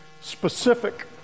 specific